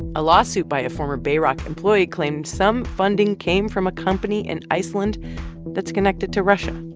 a lawsuit by a former bayrock employee claims some funding came from a company in iceland that's connected to russia.